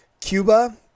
Cuba